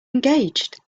engaged